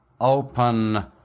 open